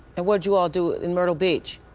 ah what did you all do in myrtle beach?